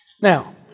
Now